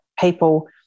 people